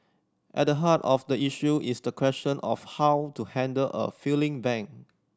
at the heart of the issue is the question of how to handle a failing bank